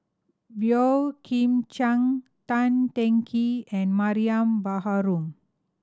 Boey Kim Cheng Tan Teng Kee and Mariam Baharom